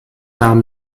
nahm